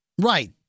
Right